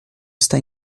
está